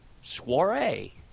soiree